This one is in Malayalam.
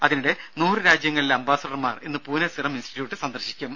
അതിനിടെ നൂറ് രാജ്യങ്ങളിലെ അംബാസിഡർമാർ ഇന്ന് പൂനെ സിറം ഇൻസ്റ്റിറ്റ്യൂട്ട് സന്ദർശിക്കും